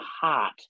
hot